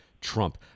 Trump